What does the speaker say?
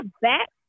back